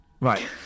Right